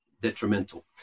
detrimental